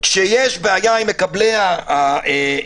כשיש בעיה עם מקבלי ההנחיות,